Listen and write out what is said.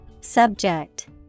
Subject